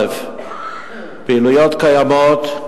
פעילויות קיימות: